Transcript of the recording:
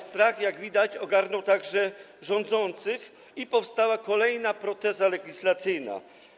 Strach, jak widać, ogarnął także rządzących i powstała kolejna proteza legislacyjna.